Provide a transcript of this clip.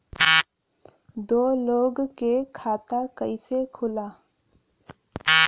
दो लोगक खाता कइसे खुल्ला?